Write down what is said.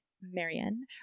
Marion